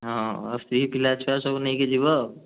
ହଁ ସ୍ତ୍ରୀ ପିଲା ଛୁଆ ସବୁ ନେଇକି ଯିବ